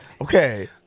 Okay